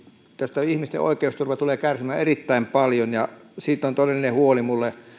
tästä ihmisten oikeusturva tulee kärsimään erittäin paljon siitä on todellinen huoli